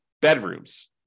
bedrooms